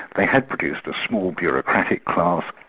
they had produced a small bureaucratic class,